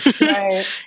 Right